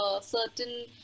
certain